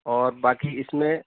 اور باقی اس میں